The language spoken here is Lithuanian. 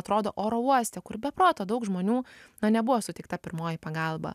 atrodo oro uoste kur be proto daug žmonių na nebuvo suteikta pirmoji pagalba